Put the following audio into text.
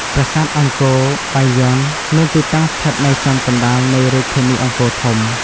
ប្រាសាទអង្គរបាយ័នមានទីតាំងស្ថិតនៅចំកណ្តាលនៃរាជធានីអង្គរធំ។